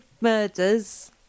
murders